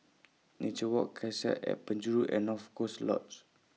Nature Walk Cassia At Penjuru and North Coast Lodge